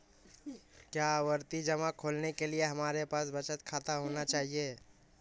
क्या आवर्ती जमा खोलने के लिए हमारे पास बचत खाता होना चाहिए?